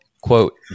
quote